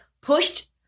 pushed